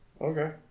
okay